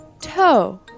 Toe